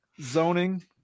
zoning